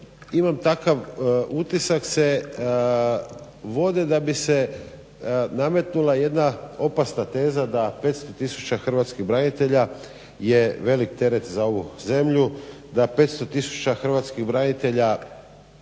ne razumije/… vode da bi se nametnula jedna opasna teza da 500 tisuća hrvatskih branitelja je velik teret za ovu zemlju, da 500 tisuća hrvatskih branitelja